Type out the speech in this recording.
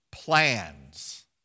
Plans